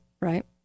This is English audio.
Right